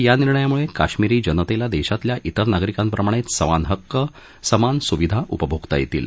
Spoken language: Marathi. या निर्णयामुळ काश्मिरी जनतळी दघीतल्या इतर नागरिकांप्रमाण समान हक्क समान सुविधा उपभोगता यसील